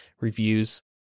reviews